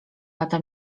lata